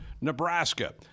Nebraska